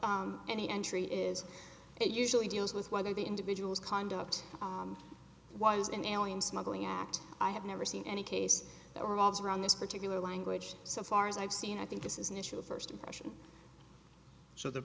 any entry is it usually deals with whether the individual's conduct was an alien smuggling act i have never seen any case there was around this particular language so far as i've seen i think this is an issue of first impression so th